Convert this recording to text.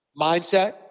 mindset